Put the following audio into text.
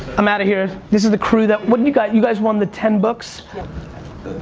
i'm outta here. this is the crew that, what do you got? you guys won the ten books?